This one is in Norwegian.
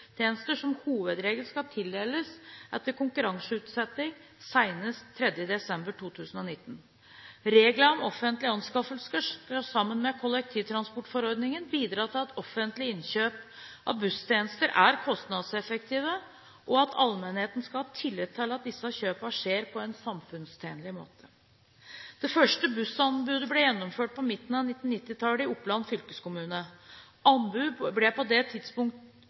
som hovedregel skal tildeles etter konkurranseutsetting, senest 3. desember 2019. Reglene om offentlige anskaffelser skal, sammen med kollektivtransportforordningen, bidra til at offentlige innkjøp av busstjenester er kostnadseffektive, og at allmennheten skal ha tillit til at disse kjøpene skjer på en samfunnstjenlig måte. Det første bussanbudet ble gjennomført på midten av 1990-tallet i Oppland fylkeskommune. Anbudene utgjorde på det